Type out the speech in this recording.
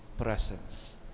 presence